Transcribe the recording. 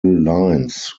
lines